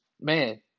man